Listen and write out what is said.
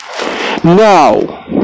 Now